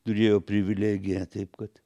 turėjo privilegiją taip kad